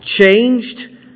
changed